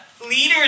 leaders